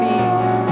Peace